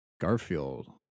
Garfield